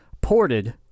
ported